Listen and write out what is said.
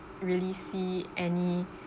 really see any